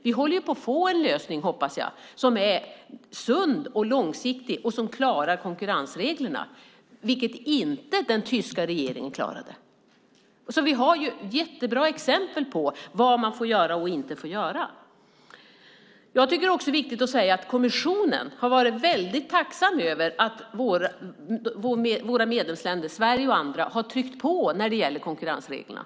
Vi håller på att få en lösning, hoppas jag, som är sund och långsiktig och även klarar konkurrensreglerna, vilket den tyska regeringen inte klarade. Vi har alltså jättebra exempel på vad man får och inte får göra. Det är viktigt att säga att kommissionen varit tacksam över att medlemsländer, Sverige och andra, tryckt på när det gällt konkurrensreglerna.